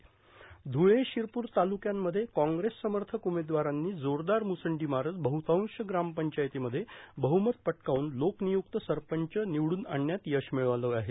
ध्वुळे शिरपूर तालुक्यांमध्ये काँग्रेस समर्थक उमेदवारांनी जोरदार मुसंडी मारत बह्नतांश ग्रामपंचायतींमध्ये बह्नमत पटकावून लोकनियुक्त सरपंच निवडून आणण्यात यश मिळवले आहे